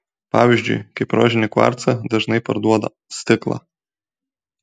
pavyzdžiui kaip rožinį kvarcą dažnai parduoda stiklą